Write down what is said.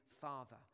father